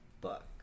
book